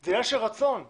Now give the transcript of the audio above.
זה עניין של רצון והתגייסות.